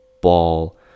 ball